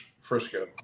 Frisco